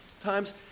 times